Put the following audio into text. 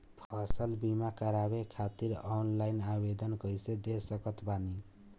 फसल बीमा करवाए खातिर ऑनलाइन आवेदन कइसे दे सकत बानी?